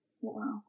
Wow